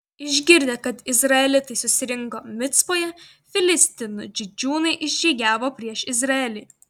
išgirdę kad izraelitai susirinko micpoje filistinų didžiūnai išžygiavo prieš izraelį